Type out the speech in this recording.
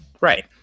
right